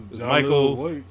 Michael